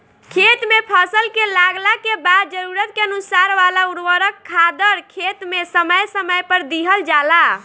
खेत में फसल के लागला के बाद जरूरत के अनुसार वाला उर्वरक खादर खेत में समय समय पर दिहल जाला